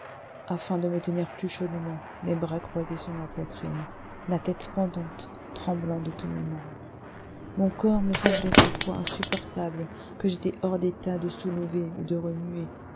afin de me tenir plus chaudement les bras croisés sur ma poitrine la tête pendante tremblant de tous mes membres mon corps me semblait un poids insupportable que j'étais hors d'état de soulever ou de remuer